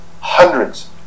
hundreds